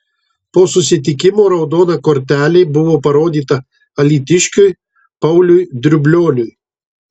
po susitikimo raudona kortelė buvo parodyta alytiškiui pauliui drublioniui